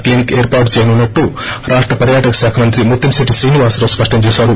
clinic ఏర్పాటు చేయనున్నట్లు రాష్ట పర్యాటక శాఖ మంత్రి ముత్తంశెట్టి శ్రీనివాసరావు స్పష్టం చేశారు